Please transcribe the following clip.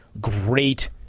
great